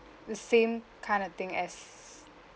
the same kind of thing as